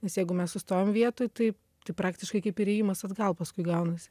nes jeigu mes sustojam vietoj tai tai praktiškai kaip ir ėjimas atgal paskui gaunasi